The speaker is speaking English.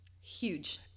Huge